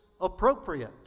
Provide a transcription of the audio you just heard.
appropriate